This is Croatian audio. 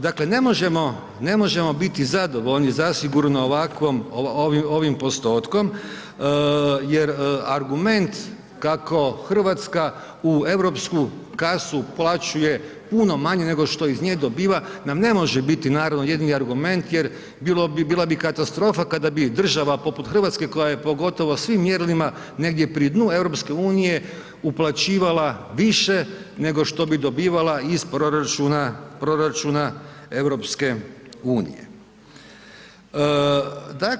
Dakle, ne možemo biti zadovoljni zasigurno ovim postotkom jer argument kako Hrvatska u europsku kasu uplaćuje puno manje nego što iz nje dobiva nam ne biti naravno jedini argument jer bila bi katastrofa kada bi država poput Hrvatske koja je po gotovo svim mjerilima negdje pri dnu EU-a, uplaćivala više nego što bi dobivala iz proračuna EU-a.